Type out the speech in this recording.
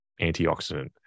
antioxidant